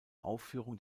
aufführung